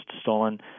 stolen